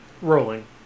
Rolling